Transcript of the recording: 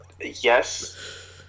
yes